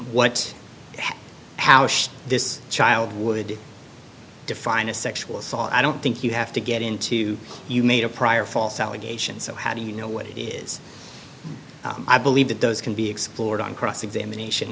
should this child would define a sexual assault i don't think you have to get into you made a prior false allegation so how do you know what it is i believe that those can be explored on cross examination